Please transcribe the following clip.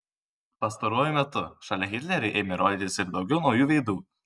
pastaruoju metu šalia hitlerio ėmė rodytis ir daugiau naujų veidų